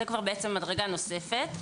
זה כבר מדרגה נוספת.